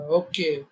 okay